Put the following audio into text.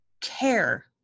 care